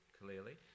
clearly